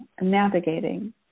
navigating